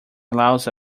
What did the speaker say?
allows